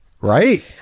Right